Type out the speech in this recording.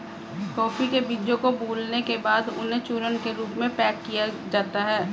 coffee के बीजों को भूलने के बाद उन्हें चूर्ण के रूप में पैक किया जाता है